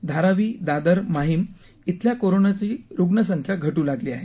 धारावी दादर माहिम इथल्या कोरोनाची रुग्णसंख्या घटू लागली आहे